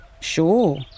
Sure